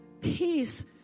peace